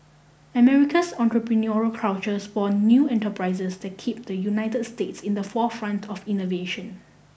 America's entrepreneurial culture spawn new enterprises that kept the United States in the forefront of innovation